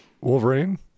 Wolverine